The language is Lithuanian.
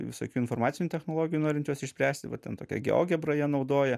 visokių informacinių technologijų norint juos išspręsti va ten tokią geogebrą jie naudoja